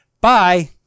Bye